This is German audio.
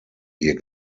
hier